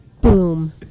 boom